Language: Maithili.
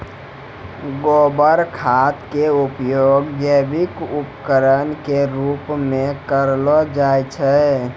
गोबर खाद के उपयोग जैविक उर्वरक के रुपो मे करलो जाय छै